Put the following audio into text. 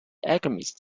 alchemist